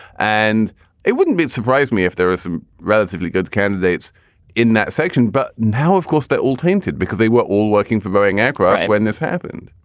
and it wouldn't be surprise me if there is some relatively good candidates in that section. but now, of course, they're all tainted because they were all working for boeing aircraft when this happened.